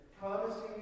promising